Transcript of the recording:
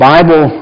Bible